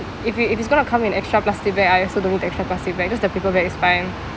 if it if it's gonna come in extra plastic bag I also don't want the extra plastic bag just the paper bag is fine